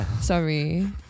Sorry